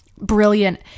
brilliant